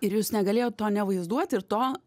ir jūs negalėjot to ne vaizduoti ir to